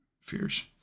fears